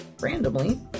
randomly